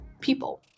people